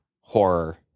horror